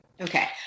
Okay